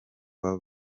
baba